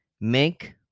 Make